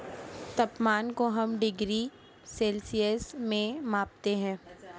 तापमान को हम डिग्री सेल्सियस में मापते है